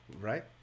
right